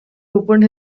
opened